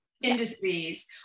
industries